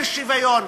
שוויון.